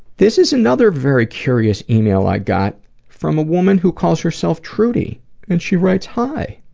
this is another very curious email i got from a woman who calls herself trudy and she writes hi,